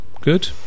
good